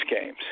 games